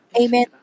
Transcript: Amen